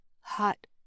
hot